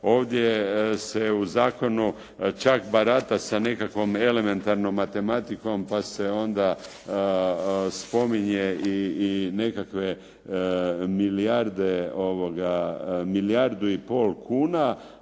Ovdje se u zakonu čak barata sa nekakvom elementarnom matematikom pa se onda spominje i nekakve milijardu i pol kuna,